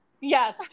Yes